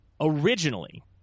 originally